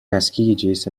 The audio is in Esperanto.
naskiĝis